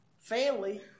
family